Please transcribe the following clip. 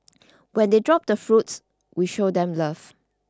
when they drop the fruits we show them love